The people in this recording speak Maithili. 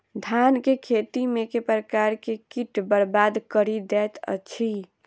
धान केँ खेती मे केँ प्रकार केँ कीट बरबाद कड़ी दैत अछि?